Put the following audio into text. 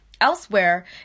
Elsewhere